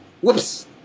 whoops